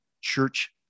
church